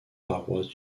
paroisses